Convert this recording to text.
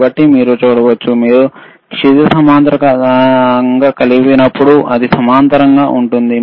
కాబట్టి మీరు చూడవచ్చు మీరు క్షితిజ సమాంతరంగా కదిలినప్పుడు ఇది సమాంతరంగా ఉంటుంది